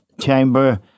chamber